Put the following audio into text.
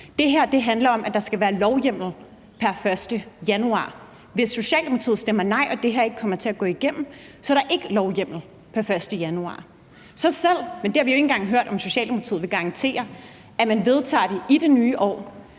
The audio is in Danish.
Det her handler om, at der skal være lovhjemmel pr. 1. januar. Hvis Socialdemokratiet stemmer nej og det her ikke kommer til at gå igennem, er der ikke lovhjemmel pr. 1. januar. Så selv hvis man vedtager det i det nye år – men det har vi jo ikke engang hørt om Socialdemokratiet vil garantere – vil det blive